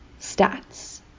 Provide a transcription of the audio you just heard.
stats